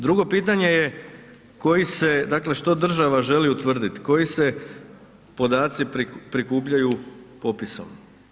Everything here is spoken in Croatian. Drugo pitanje je, koji se, dakle što država želi utvrditi, koji se podaci prikupljaju popisom.